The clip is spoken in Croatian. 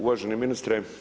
Uvaženi ministre.